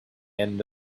end